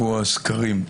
הוא הסקרים,